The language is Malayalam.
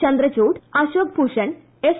ചന്ദ്രചൂഢ് അശോക് ഭൂഷൺ എസ്